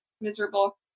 miserable